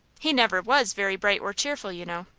he never was very bright or cheerful, you know.